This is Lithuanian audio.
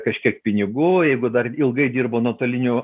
kažkiek pinigų jeigu dar ilgai dirbo nuotoliniu